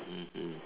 mmhmm